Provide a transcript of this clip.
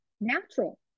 natural